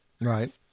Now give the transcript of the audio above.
Right